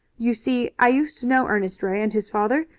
you see i used to know ernest ray and his father,